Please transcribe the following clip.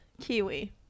kiwi